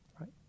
right